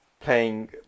playing